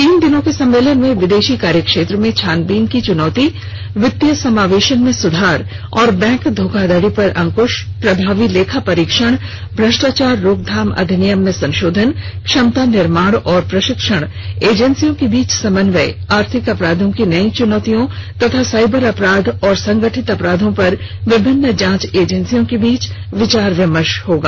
तीन दिन के सम्मेलन में विदेशी कार्य क्षेत्र में छानबीन की चुनौती वित्तीय समावेशन में सुधार और बैंक धोखाधड़ी पर अंक्श प्रभावी लेखा परीक्षण भ्रष्टाचार रोकथाम अधिनियम में संशोधन क्षमता निर्माण और प्रशिक्षण एजेंसियों के बीच समन्वय आर्थिक अपराधों की नई चुनौतियां तथा साइबर अपराध और संगठित अपराधों पर विभिन्नन जांच एजेंसियों के बीच विचार विमर्श होगा